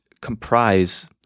comprise